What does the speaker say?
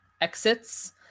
exits